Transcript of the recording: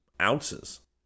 ounces